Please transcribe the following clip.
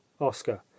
Oscar